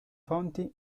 fonti